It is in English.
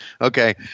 Okay